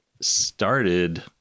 started